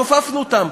כופפנו אותם,